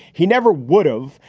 he never would have.